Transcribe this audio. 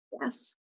Yes